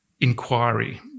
inquiry